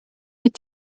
mit